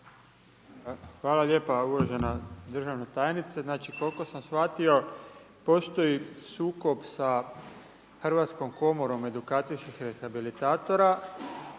Hvala lijepa. Uvažena državna tajnice, znači koliko sam shvatio postoji sukob sa Hrvatskom komorom edukacijskih rehabilitatora.